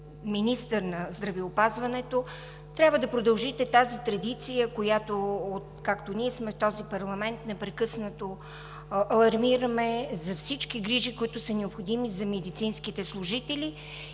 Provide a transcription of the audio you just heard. министър на здравеопазването трябва да продължите тази традиция, за която, откакто ние сме в този парламент, непрекъснато алармираме – за всички грижи, които са необходими за медицинските служители.